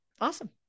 Awesome